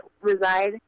reside